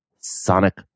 sonic